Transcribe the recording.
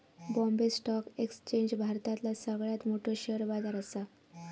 Bombay stock exchange भारतातला सगळ्यात मोठो शेअर बाजार असा